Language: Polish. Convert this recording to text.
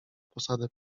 posadę